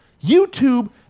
YouTube